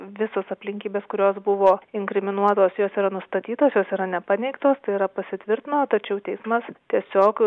visos aplinkybės kurios buvo inkriminuotos jos yra nustatytos jos yra nepaneigtos tai yra pasitvirtino tačiau teismas tiesiog